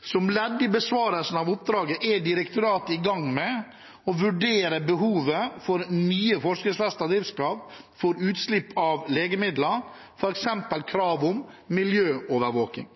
Som ledd i besvarelsen av oppdraget er direktoratet i gang med å vurdere behovet for nye, forskriftsfestede driftskrav for utslipp av legemidler, f.eks. krav om miljøovervåking.